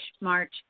March